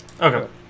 Okay